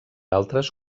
altres